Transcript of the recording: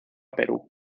perú